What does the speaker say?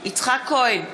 יצחק כהן,